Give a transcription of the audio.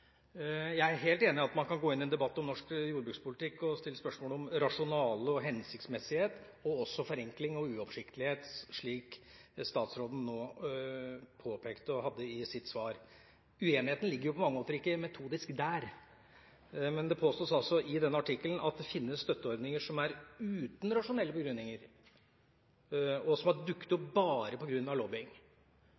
Jeg er helt enig i at man kan gå inn i en debatt om norsk jordbrukspolitikk og stille spørsmål om rasjonale og hensiktsmessighet, og også om forenkling og uoversiktlighet, slik statsråden påpekte i sitt svar. Uenigheten ligger på mange måter ikke metodisk der, men det påstås altså i denne artikkelen at det fins støtteordninger som er uten rasjonelle begrunnelser, og som har dukket opp